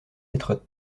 être